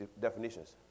definitions